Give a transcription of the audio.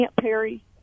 Perry